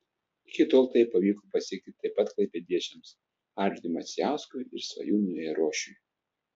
iki tol tai pavyko pasiekti taip pat klaipėdiečiams arvydui macijauskui ir svajūnui airošiui